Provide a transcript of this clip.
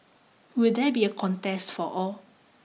will there be a contest for all